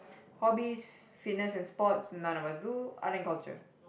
hobbies fitness and sports none of us do art and culture